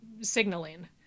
signaling